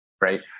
right